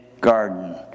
garden